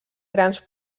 grans